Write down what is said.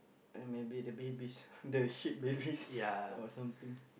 uh maybe the babies the sheep babies or something